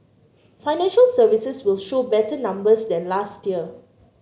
financial services will show better numbers than last year